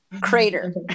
crater